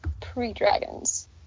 pre-dragons